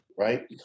Right